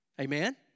Amen